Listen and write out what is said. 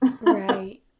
Right